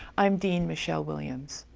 i'm dean michelle williams.